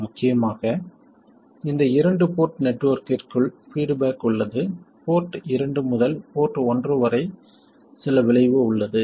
முக்கியமாக இந்த இரண்டு போர்ட் நெட்வொர்க்கிற்குள் பீட்பேக் உள்ளது போர்ட் இரண்டு முதல் போர்ட் ஒன்று வரை சில விளைவு உள்ளது